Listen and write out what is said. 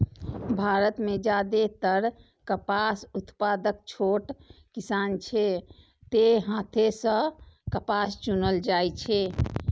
भारत मे जादेतर कपास उत्पादक छोट किसान छै, तें हाथे सं कपास चुनल जाइ छै